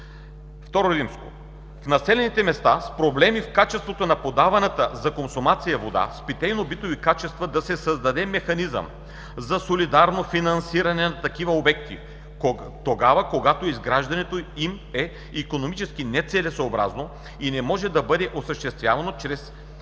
в доклада. II. В населените места с проблеми в качеството на подаваната за консумация вода с питейно-битови качества да се създаде механизъм за солидарно финансиране на такива обекти, тогава когато изграждането им е икономически нецелесъобразно и не може да бъде осъществено чрез цената